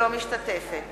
משתתפת